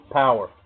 power